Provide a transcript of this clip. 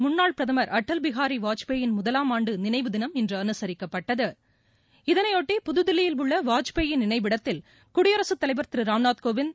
முன்னாள் பிரதமர் அடல்பிகாரி வாஜ்பாயின் முதலாம் ஆண்டு நினைவு தினம் இன்று அனுசரிக்கப்பட்டது இதனைபொட்டி புதுதில்லியில் உள்ள வாஜ்பாய் நினைவிடத்தில் குடியரசு தலைவர் திரு ராம்நாத் கோவிந்த்